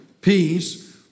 peace